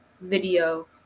video